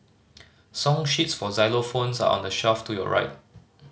song sheets for xylophones are on the shelf to your right